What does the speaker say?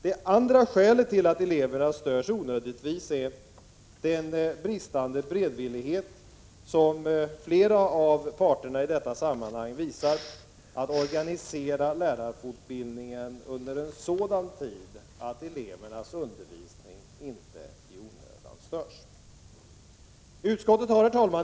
Det andra skälet till att eleverna störs onödigtvis är den bristande beredvillighet som flera av parterna visar i detta sammanhang när det gäller att organisera lärarfortbildningen, så att den sker vid en sådan tidpunkt att elevernas undervisning inte störs i onödan.